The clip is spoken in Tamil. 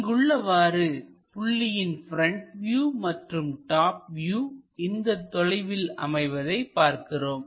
இங்கு உள்ளவாறு புள்ளியின் ப்ரெண்ட் வியூ மற்றும் டாப் வியூ இந்த தொலைவில் அமைவதை பார்க்கிறோம்